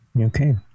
Okay